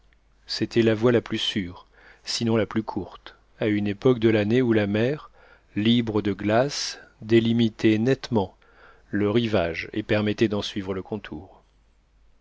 c'était la voie la plus sûre sinon la plus courte à une époque de l'année où la mer libre de glaces délimitait nettement le rivage et permettait d'en suivre le contour